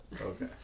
Okay